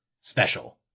special